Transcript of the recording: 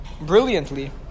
brilliantly